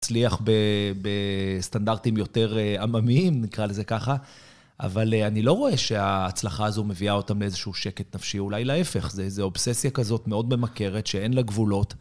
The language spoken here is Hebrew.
הצליח בסטנדרטים יותר עממיים, נקרא לזה ככה, אבל אני לא רואה שההצלחה הזו מביאה אותם לאיזשהו שקט נפשי, אולי להיפך, זה איזו אובססיה כזאת מאוד ממכרת שאין לה גבולות.